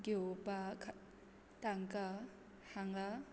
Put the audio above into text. घेवपाक तांकां हांगा